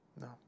No